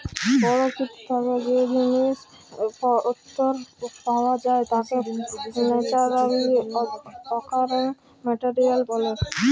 পরকিতি থ্যাকে যে জিলিস পত্তর পাওয়া যায় তাকে ন্যাচারালি অকারিং মেটেরিয়াল ব্যলে